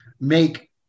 make